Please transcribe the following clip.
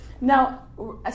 Now